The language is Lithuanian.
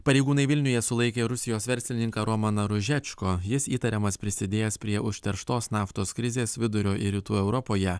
pareigūnai vilniuje sulaikė rusijos verslininką romaną ružečko jis įtariamas prisidėjęs prie užterštos naftos krizės vidurio ir rytų europoje